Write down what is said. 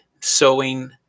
sewing